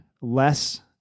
less